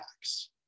tax